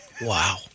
Wow